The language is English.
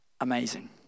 Amazing